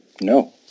No